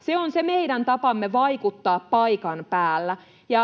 se on se meidän tapamme vaikuttaa paikan päällä.